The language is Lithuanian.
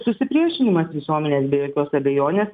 susipriešinimas visuomenės be jokios abejonės